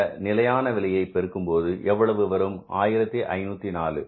இந்த நிலையான விலையை பெருக்கும்போது எவ்வளவு வரும் 1504